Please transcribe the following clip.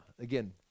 Again